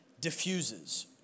diffuses